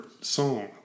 song